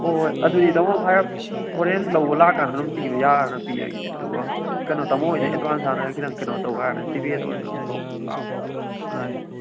ꯍꯣꯍꯣꯏ ꯑꯗꯨꯗꯤ ꯇꯥꯃꯣ ꯍꯥꯏꯔꯞ ꯍꯣꯔꯦꯟ ꯂꯧꯕ ꯂꯥꯛꯑꯀꯥꯟꯗ ꯑꯗꯨꯝ ꯄꯤꯕ ꯌꯥꯔꯒꯅ ꯄꯤꯔꯒꯦ ꯑꯗꯨꯒ ꯀꯩꯅꯣ ꯇꯥꯃꯣꯍꯣꯏꯅ ꯑꯦꯗꯚꯥꯟꯁ ꯍꯥꯟꯅ ꯈꯤꯇꯪ ꯀꯩꯅꯣ ꯇꯧ ꯍꯥꯏꯔꯒꯅ ꯖꯤꯄꯦꯗ ꯑꯣꯏꯔꯁꯨ ꯑꯗꯨꯝ ꯇꯧ ꯍꯥꯞꯄ ꯌꯥꯏ